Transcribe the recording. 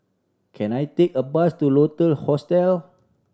can I take a bus to Lotus Hostel